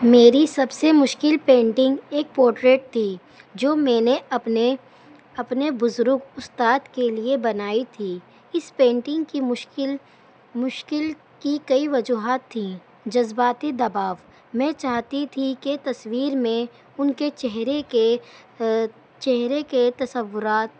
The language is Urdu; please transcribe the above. میری سب سے مشکل پینٹنگ ایک پورٹریٹ تھی جو میں نے اپنے اپنے بزرگ استاد کے لیے بنائی تھی اس پینٹنگ کی مشکل مشکل کی کئی وجوہات تھیں جذباتی دباؤ میں چاہتی تھی کہ تصویر میں ان کے چہرے کے چہرے کے تصورات